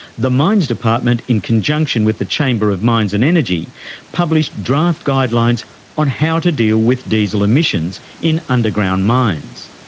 the mines department in conjunction with the chamber of mines and energy published draft guidelines on how to deal with diesel emissions in underground underground mines.